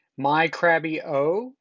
mycrabbyo